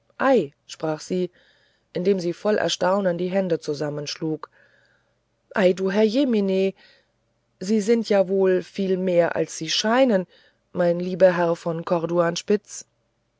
sprach sie indem sie voll erstaunen die hände zusammenschlug ei du mein herrjemine sie sind ja wohl viel mehr als sie scheinen mein lieber herr von